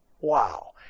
Wow